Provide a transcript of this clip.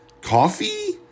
coffee